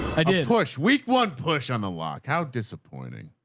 i did push weak one push on the lock. how disappointing?